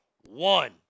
one